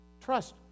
Trust